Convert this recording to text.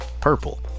purple